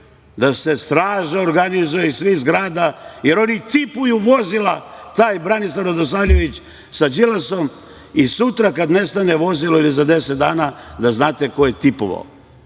da se straža organizuje iz svih zgrada, jer oni tipuju vozila, taj Branislav Radosavljević sa Đilasom, i sutra kada nestane vozilo ili za deset dana da znate ko je tipovao.